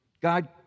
God